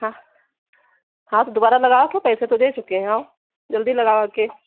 हाँ हाँ तो दोबारा लगाओ आके पैसे तो दे चुके हैं आओ जल्दी लगाओ आके